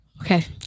Okay